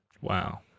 Wow